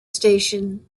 station